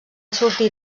sortir